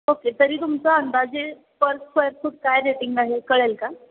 okay तरी तुमचा अंदाजे पर स्क्वेयर फूट काय रेटिंग आहे कळेल का